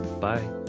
bye